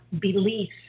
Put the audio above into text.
beliefs